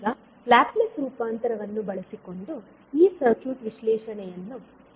ಈಗ ಲ್ಯಾಪ್ಲೇಸ್ ರೂಪಾಂತರವನ್ನು ಬಳಸಿಕೊಂಡು ಈ ಸರ್ಕ್ಯೂಟ್ ವಿಶ್ಲೇಷಣೆಯನ್ನು ಹೇಗೆ ಮಾಡುತ್ತೇವೆ